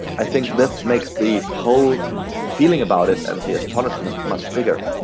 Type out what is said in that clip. i think this makes the whole feeling about it and the astonishment much bigger.